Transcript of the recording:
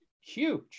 Huge